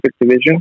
Division